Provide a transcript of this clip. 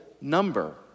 number